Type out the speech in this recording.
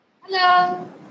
hello